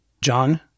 John